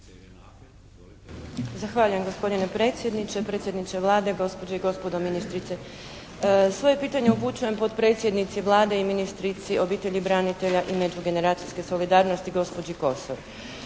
Zahvaljujem gospodine predsjedniče, predsjedniče Vlade, gospođe i gospodo ministrice. Svoje pitanje upućujem potpredsjednici Vlade i ministrici obitelji branitelja i međugeneracijske solidarnosti gospođi Kosor.